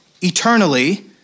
eternally